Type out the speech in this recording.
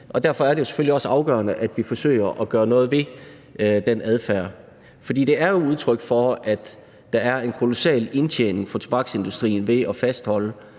derfor er det jo selvfølgelig også afgørende, at vi forsøger at gøre noget ved den adfærd, fordi det er udtryk for, at der er en kolossal indtjening for tobaksindustrien ved at fastholde